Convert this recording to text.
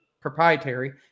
proprietary